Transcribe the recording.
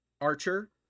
Archer